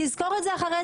תזכור את זה אחר כך.